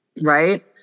Right